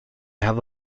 have